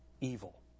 evil